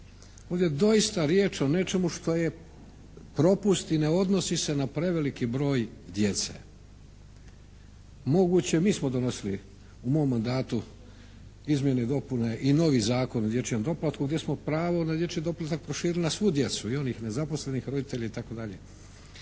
Ovdje je doista riječ o nečemu što je propust i ne odnosi se na preveliki broj djece. Moguće mi smo donosili u mom mandatu izmjene i dopune i novi Zakon o dječjem doplatku gdje smo pravo na dječji doplatak proširili na svu djecu i onih nezaposlenih roditelja i